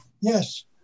Yes